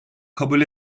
kabul